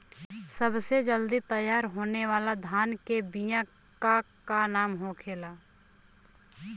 सबसे जल्दी तैयार होने वाला धान के बिया का का नाम होखेला?